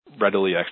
readily